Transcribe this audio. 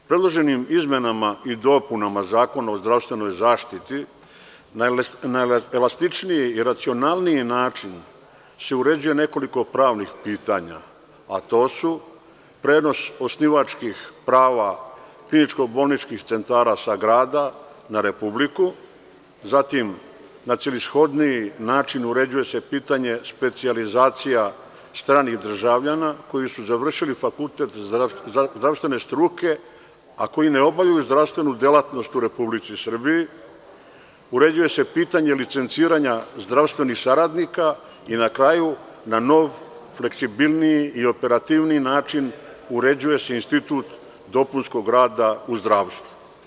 Predloženim izmenama i dopunama Zakona o zdravstvenoj zaštiti na elastičniji i racionalniji način se uređuje nekoliko pravnih pitanja, a to su prenos osnivačkih prava kliničko bolničkih centara sa grada na republiku, zatim na celishodniji način se uređuje pitanje specijalizacija stranih državljana koji su završili fakultet zdravstvene struke, a koji ne obavljaju zdravstvenu delatnost u Republici Srbiji, uređuje se pitanje licenciranja zdravstvenih saradnika i na kraju, na nov fleksibilniji i operativniji način uređuje se institut dopunskog rada u zdravstvu.